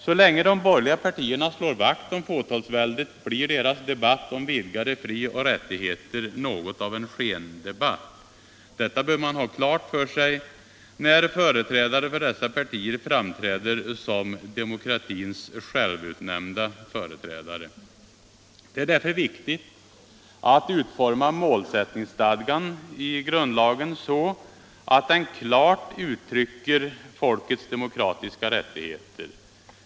Så länge de borgerliga partierna slår vakt om fåtalsväldet blir deras debatt om vidgade frioch rättigheter något av en skendebatt. Detta bör man ha klart för sig när representanter för dessa partier framträder som demokratins självutnämnda företrädare. Det är därför viktigt att utforma målsättningsstadgan i grundlagen så, att den klart uttrycker folkets demokratiska rättigheter.